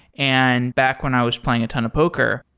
and back when i was playing a ton of poker,